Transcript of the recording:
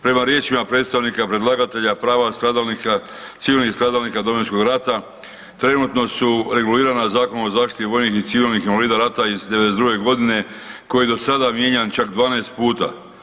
Prema riječima predstavnika predlagatelja, prava stradalnika, civilnih stradalnika Domovinskog rata, trenutno su regulirana Zakonom o zaštiti vojnih i civilnih invalida rata iz '92. g. koji je do sada mijenjan čak 12 puta.